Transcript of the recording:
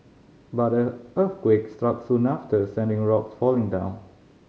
but the earthquake struck soon after sending rocks falling down